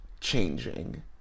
Changing